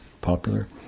popular